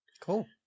Cool